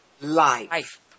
life